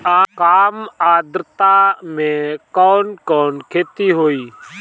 कम आद्रता में कवन कवन खेती होई?